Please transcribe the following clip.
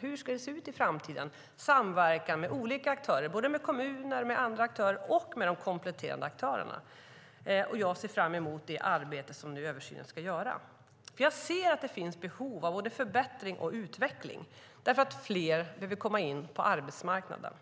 Hur ska det se ut i framtiden när det gäller samverkan med olika aktörer? Det gäller såväl kommuner och andra aktörer som de kompletterande aktörerna. Jag ser fram emot det arbete som ska göras i översynen. Jag ser att det finns behov av både förbättring och utveckling, för fler behöver komma in på arbetsmarknaden.